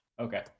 Okay